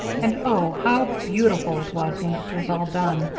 and, oh! how beautiful it was when it was all done.